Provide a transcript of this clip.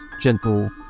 gentle